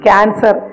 Cancer